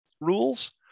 rules